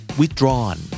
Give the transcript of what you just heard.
withdrawn